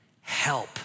help